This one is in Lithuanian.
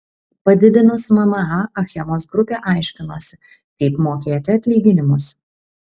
padidinus mma achemos grupė aiškinosi kaip mokėti atlyginimus